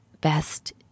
best